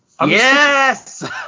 yes